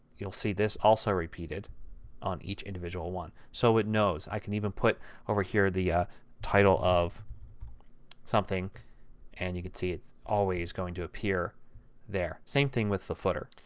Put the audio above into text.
you will see this also repeated on each individual one. so it knows. i can even put over here the title of something and you can see it is always going to appear there. the same thing with the footer.